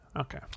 Okay